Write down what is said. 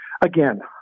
Again